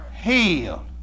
healed